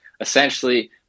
essentially